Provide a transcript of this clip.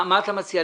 מה אתה מציע?